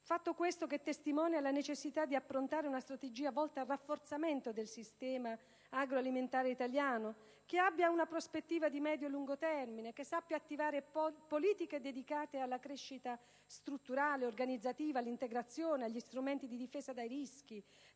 fatto, questo, che testimonia la necessità di approntare una strategia volta al rafforzamento del sistema agroalimentare italiano che abbia una prospettiva di medio-lungo termine, che sappia attivare politiche dedicate alla crescita strutturale, organizzativa, all'integrazione, agli strumenti di difesa dai rischi,